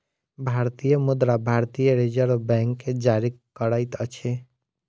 भारतीय मुद्रा भारतीय रिज़र्व बैंक जारी करैत अछि